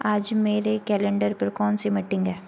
आज मेरे कैलेंडर पर कौन सी मीटिंग हैं